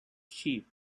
sheep